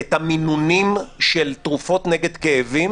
את המינונים של תרופות נגד כאבים,